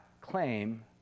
claim